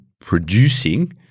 producing